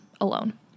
alone